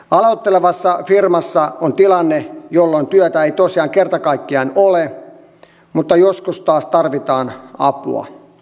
aloittelevassa firmassa on tilanteita jolloin työtä ei tosiaan kerta kaikkiaan ole mutta joskus taas tarvitaan apua